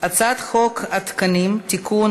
חוק התקנים (תיקון,